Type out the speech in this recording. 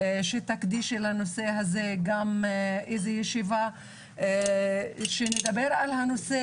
ולבקש ממך שתקדישי לנושא הזה ישיבה כדי שנוכל לדבר עליו,